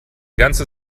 ganze